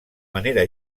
manera